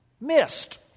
missed